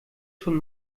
schon